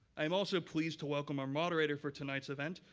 i'm also pleased to welcome our moderator for tonight's event.